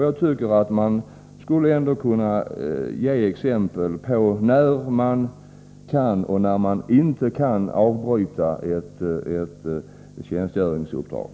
Jag tycker att man ändå borde kunna ge exempel på när en polis kan och inte kan avbryta ett tjänstgöringsuppdrag.